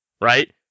right